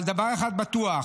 אבל דבר אחד בטוח: